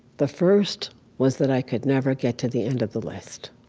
the first was that i could never get to the end of the list.